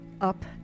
up